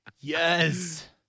Yes